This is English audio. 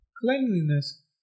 cleanliness